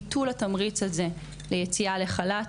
ביטול התמריץ הזה ליציאה לחל"ת,